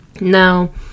now